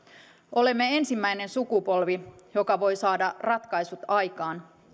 olemme ensimmäinen sukupolvi joka voi saada ratkaisut aikaan